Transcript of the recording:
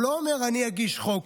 הוא לא אומר שהוא יגיש חוק.